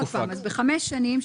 בחמש שנים,